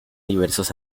diversos